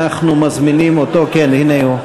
אנחנו מזמינים אותו, הנה הוא.